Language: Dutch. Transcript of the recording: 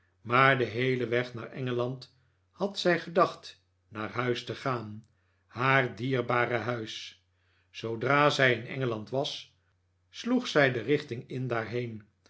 maar den heelen weg naar engeland had zij gedacht naar huis te gaan haar dierbare huis zoodra zij in engeland was sloeg zij de richting in daarheen